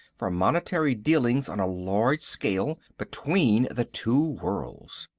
for monetary dealings on a large scale, between the two worlds.